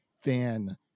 fan